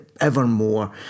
evermore